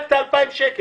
רק את ה-2,000 שקל.